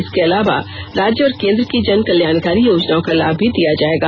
इसके अलावा राज्य और केंद्र की जनकल्याणकारी योजनाओं का लाभ भी दिया जाएगा